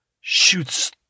shoots